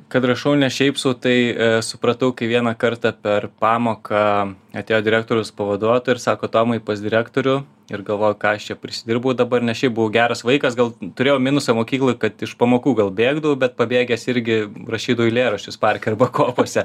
kad rašau ne šiaip sau tai supratau kai vieną kartą per pamoką atėjo direktoriaus pavaduotoja ir sako tomai pas direktorių ir galvoju ką aš čia prisidirbau dabar nes šiaip buvo geras vaikas gal turėjau minusą mokykloj kad iš pamokų bėgdavau bet pabėgęs irgi rašydavau eilėraščius parke arba kopose